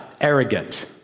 arrogant